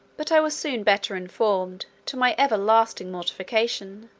but i was soon better informed, to my everlasting mortification